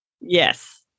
Yes